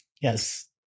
Yes